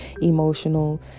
emotional